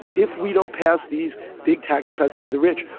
if we don't pass these big tax cuts for the rich,